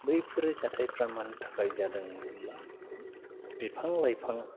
बैफोरो जाथायफोरा मानि थाखाय जादों होनोब्ला बिफां लाइफां